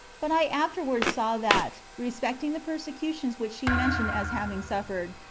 but i afterwards saw that, respecting the persecutions which she mentioned as having suf fered,